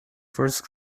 first